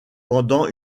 pendant